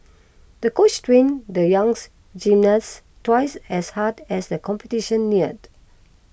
the coach trained the young gymnast twice as hard as the competition neared